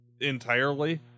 entirely